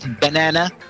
banana